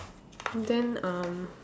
then um